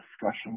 discussion